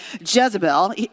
Jezebel